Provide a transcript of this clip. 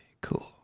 cool